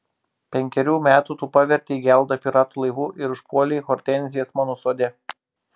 penkerių metų tu pavertei geldą piratų laivu ir užpuolei hortenzijas mano sode